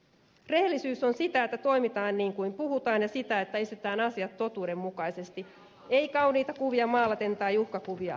rehellisyys on sitä että toimitaan niin kuin puhutaan ja sitä että esitetään asiat totuudenmukaisesti ei kauniita kuvia maalaten tai uhkakuvia luoden